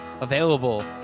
available